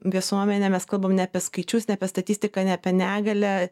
viesuomenę mes kalbam ne apie skaičius ne apie statistiką ne apie negalią